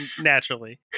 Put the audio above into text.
Naturally